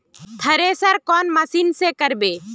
Thresher कौन machine से करबे?